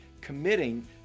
committing